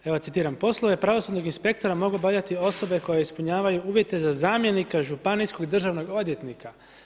Evo citiram: „Poslove pravosudnog inspektora mogu obavljati osobe koje ispunjavaju uvjete za zamjenika županijskog državnog odvjetnika.